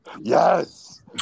yes